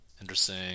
Interesting